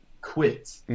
quit